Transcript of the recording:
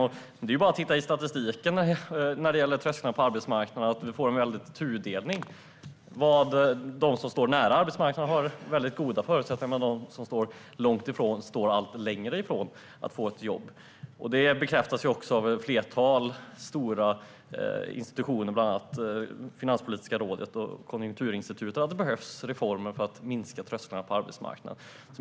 Det är bara att titta i statistiken när det gäller trösklarna på arbetsmarknaden. Den visar att vi får en väldig tudelning. De som står nära arbetsmarknaden har väldigt goda förutsättningar medan de som står långt ifrån står allt längre ifrån att få ett jobb. Det bekräftas också av ett flertal stora institutioner, bland annat Finanspolitiska rådet och Konjunkturinstitutet, att det behövs reformer för att sänka trösklarna på arbetsmarknaden.